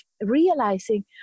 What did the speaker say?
realizing